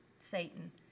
Satan